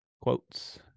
Quotes